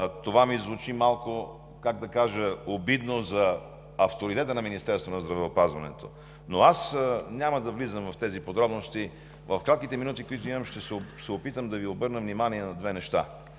Това ми звучи малко – как да кажа – обидно за авторитета на Министерството на здравеопазването, но аз няма да влизам в тези подробности. В кратките минути, които имам, ще се опитам да Ви обърна внимание на две неща.